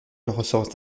ressort